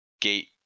gate